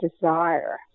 desire